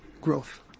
growth